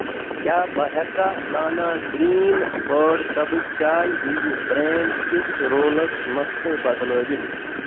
کیٛاہ بہٕ ہیٚکا لانا گرٛیٖن بٲرڈ سبٕز چاے بییٚہِ بریٚنڑ کِس رولس مستہٕ بدلٲوَتھ؟